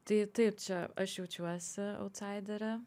tai taip čia aš jaučiuosi autsaidere